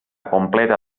completa